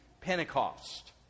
Pentecost